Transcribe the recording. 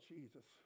Jesus